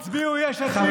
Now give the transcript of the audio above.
הצביעו יש עתיד,